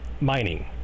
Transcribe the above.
mining